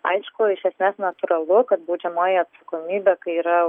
aišku iš esmės natūralu kad baudžiamoji atsakomybė kai yra